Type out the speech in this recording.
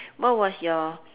what was your